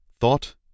THOUGHT